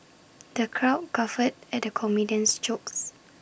the crowd guffawed at the comedian's jokes